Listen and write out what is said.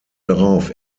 darauf